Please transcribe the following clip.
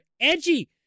Edgy